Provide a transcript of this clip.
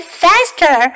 faster